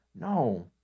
No